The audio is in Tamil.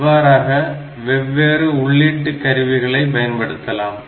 இவ்வாறாக வெவ்வேறு உள்ளீட்டுக் கருவிகளை பயன்படுத்தலாம்